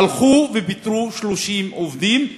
הלכו ופיטרו 30 עובדים.